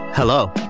Hello